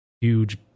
huge